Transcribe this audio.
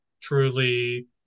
truly